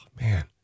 man